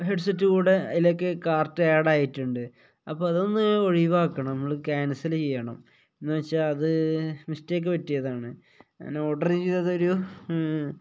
headset കൂടെ അതിലേക്ക് കാർട്ടില് ആഡായിട്ടുണ്ട് അപ്പോള് അതൊന്ന് ഒഴിവാക്കണം നിങ്ങള് ക്യാൻസല് ചെയ്യണം എന്നുവെച്ചാല് അത് മിസ്റ്റേക്ക് പറ്റിയതാണ് ഞാൻ ഓർഡര് ചെയ്തത് ഒരു